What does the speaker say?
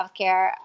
healthcare